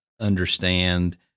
understand